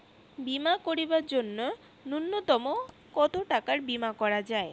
বীমা করিবার জন্য নূন্যতম কতো টাকার বীমা করা যায়?